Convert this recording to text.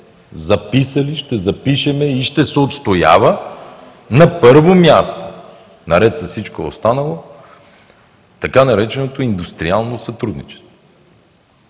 записали, ще запишем и ще се отстоява на първо място, наред с всичко останало, така нареченото „индустриално сътрудничество“.